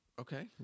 Okay